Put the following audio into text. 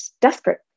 desperate